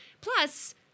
Plus